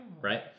right